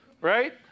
Right